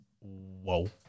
Whoa